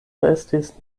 restis